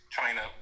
China